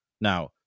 Now